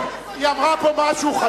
כבר חמש דקות.